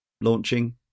launching